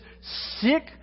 sick